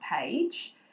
Page